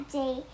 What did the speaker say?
day